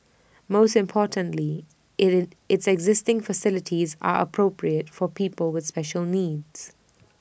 most importantly IT is its existing facilities are appropriate for people with special needs